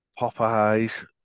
Popeye's